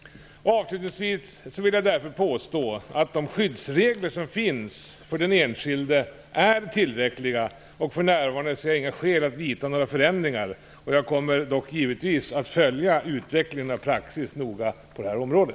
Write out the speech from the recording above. Avslutningsvis vill jag därför påstå att de skyddsregler som finns för den enskilde är tillräckliga, och för närvarande ser jag inga skäl att vidta några förändringar. Jag kommer dock givetvis att noga följa utvecklingen av praxis på detta område.